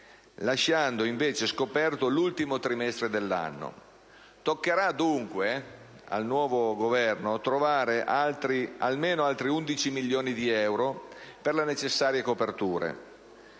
lasciando invece scoperto l'ultimo trimestre dell'anno. Toccherà dunque al nuovo Governo trovare almeno altri 11 milioni di euro per la necessaria copertura.